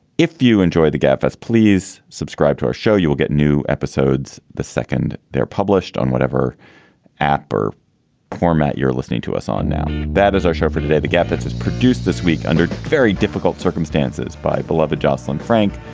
if you enjoy the gap as please subscribe to our show, you will get new episodes. the second they're published on whatever app or format you're listening to us on now that is our show for today, the gap that has produced this week under very difficult circumstances. bye, beloved joslyn frank.